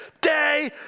day